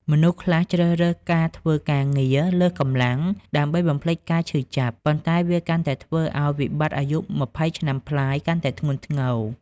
មនុស្សខ្លះជ្រើសរើសការធ្វើការងារលើសកម្លាំង ដើម្បីបំភ្លេចការឈឺចាប់ ប៉ុន្តែវាកាន់តែធ្វើឱ្យវិបត្តិអាយុ២០ ឆ្នាំប្លាយកាន់តែធ្ងន់ធ្ងរ។